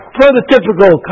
prototypical